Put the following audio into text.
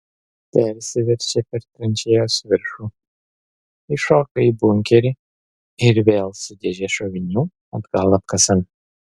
persiverčia per tranšėjos viršų įšoka į bunkerį ir vėl su dėže šovinių atgal apkasan